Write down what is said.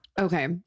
okay